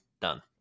done